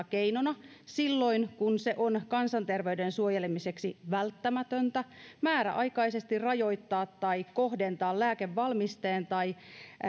keinona silloin kun se on kansanterveyden suojelemiseksi välttämätöntä määräaikaisesti rajoittaa tai kohdentaa lääkevalmisteen tai